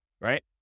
Right